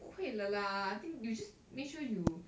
不会了啦 I think you just make sure you